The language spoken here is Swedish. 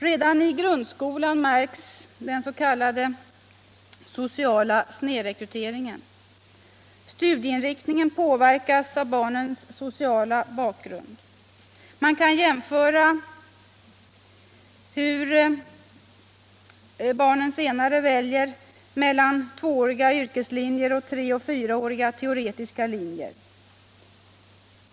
Redan i grundskolan märks den = 21 maj 1976 s.k. sociala snedrekryteringen. Studieinriktningen påverkas av barnens — sociala bakgrund. Man kan jämföra hur barnen senare väljer mellan två — Skolans inre arbete åriga yrkeslinjer och treeller fyraåriga teoretiska linjer.